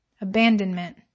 abandonment